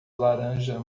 laranja